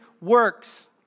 works